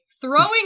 throwing